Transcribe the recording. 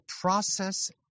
process